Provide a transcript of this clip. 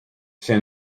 see